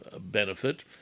benefit